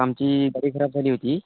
आमची गाडी खराब झाली होती